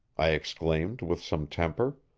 i exclaimed with some temper.